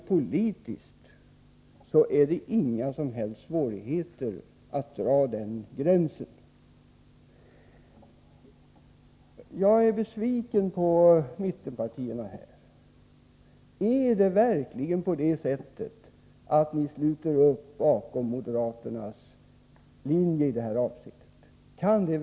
Men politiskt föreligger inga som helst svårigheter att dra den gränsen. Jag är besviken på mittenpartierna. Är det verkligen på det sättet att ni sluter upp bakom moderaternas linje i det här avseendet?